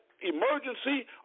emergency